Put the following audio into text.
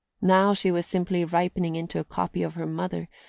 now she was simply ripening into a copy of her mother,